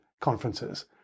conferences